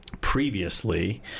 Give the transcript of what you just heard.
previously